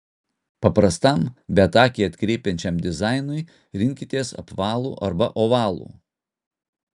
paprastam bet akį atkreipiančiam dizainui rinkitės apvalų arba ovalų